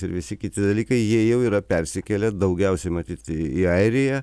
ir visi kiti dalykai jie jau yra persikėlę daugiausiai matyt į į airiją